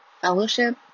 fellowship